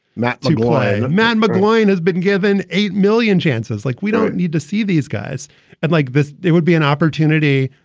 matt, to like a man. mcclain has been given eight million chances, like we don't need to see these guys and like this. it would be an opportunity.